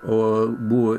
o buvo